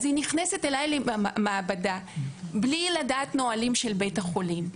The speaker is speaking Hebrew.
והיא נכנסת אליי למעבדה מבלי לדעת את הנהלים של בית החולים,